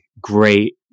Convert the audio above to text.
great